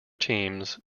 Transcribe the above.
teams